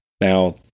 Now